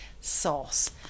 sauce